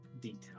detail